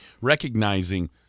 recognizing